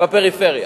בפריפריה,